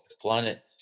planet